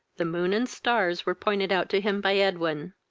the moon and stars were pointed out to him by edwin.